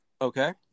Okay